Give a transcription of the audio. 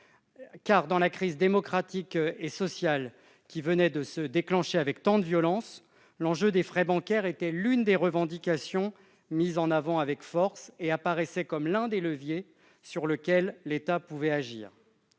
Car, dans la crise démocratique et sociale qui venait de se déclencher avec tant de violence, l'enjeu des frais bancaires était l'une des revendications mises en avant avec force et apparaissait comme un levier sur lequel l'État pouvait agir.